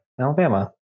Alabama